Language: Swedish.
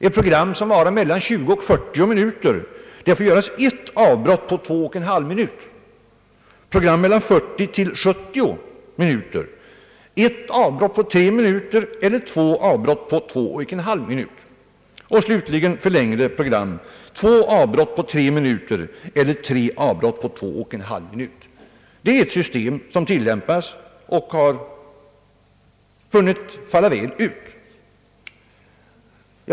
I program som varar mellan 20 och 40 minuter får göras ett avbrott på två och en halv minut. I program på mellan 40 och 70 minuter får göras ett avbrott på tre minuter eller två avbrott på två och en halv minut. I längre program slutligen får göras två avbrott på tre minuter eller tre avbrott på två och en halv minut. Det är ett system som tillämpas och har fallit väl ut.